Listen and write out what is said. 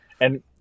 and-